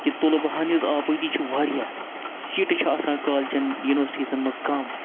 کہِ طلبہٕ ہٕنز آبٲدی چھِ واریاہ سیٖٹہٕ چھِ آسان کالچَن ینورسٹیٖزَن منٛز کَم